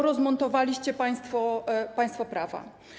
Rozmontowaliście państwo państwo prawa.